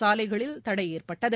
சாலைகளில் தடை ஏற்பட்டது